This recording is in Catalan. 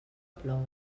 plou